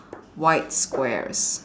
white squares